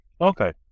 Okay